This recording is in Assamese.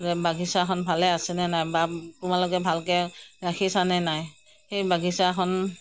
যে বাগিচাখন ভালে আছেনে নাই বা তোমালোকে ভালকৈ ৰাখিছানে নাই সেই বাগিচাখন